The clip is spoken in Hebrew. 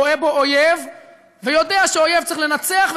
רואה בו אויב ויודע שאויב צריך לנצח,